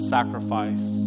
Sacrifice